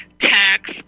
tax